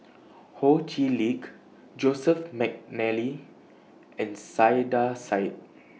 Ho Chee Lick Joseph Mcnally and Saiedah Said